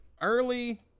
Early